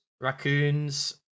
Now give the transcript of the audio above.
raccoons